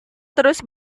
terus